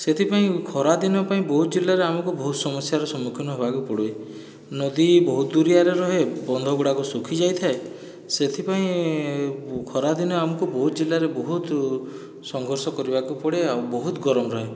ସେଥିପାଇଁ ଖରା ଦିନ ପାଇଁ ବୌଦ୍ଧ ଜିଲ୍ଲାରେ ଆମକୁ ବହୁତ ସମସ୍ୟାର ସମ୍ମୁଖୀନ ହେବାକୁ ପଡ଼େ ନଦୀ ବହୁତ ଦୁରିଆରେ ରହେ ବନ୍ଧ ଗୁଡ଼ାକ ସୁଖୀ ଯାଇଥାଏସେଥିପାଇଁ ଖରା ଦିନେ ଆମକୁ ବୌଦ୍ଧ ଜିଲ୍ଲାରେ ବହୁତ ସଂଘର୍ଷ କରିବାକୁ ପଡ଼େ ଆଉ ବହୁତ ଗରମ ରହେ